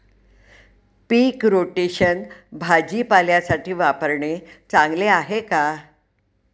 पीक rotation भाजीपाल्यासाठी वापरणे चांगले आहे का?